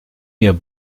mir